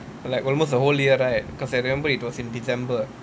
like almost a whole year right because I remember it was in december